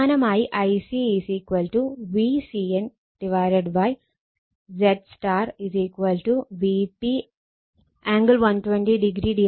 സമാനമായി Ic Vcn ZY Vp angle 120o ZY